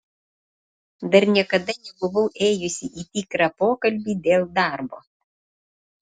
dar niekada nebuvau ėjusi į tikrą pokalbį dėl darbo